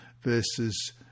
verses